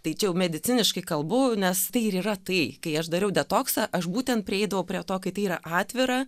tai čia jau mediciniškai kalbu nes tai ir yra tai kai aš dariau detoksą aš būtent prieidavo prie to kad tai yra atvira